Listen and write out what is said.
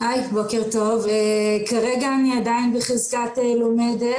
בוקר טוב, כרגע אני עדיין בחזקת לומדת.